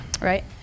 right